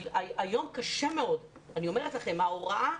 אני אומרת לכם שההוראה,